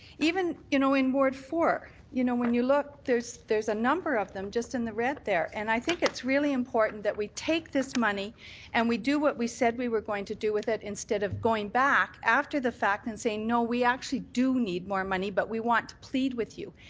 even, you know, in ward four, you know, when you look there's there's a number of them just in the red there. and i think it's really important that we take this money and we do what we said we were going to do with it, instead of going back after the fact and saying, no, we actually do need more money but we want to plead with you,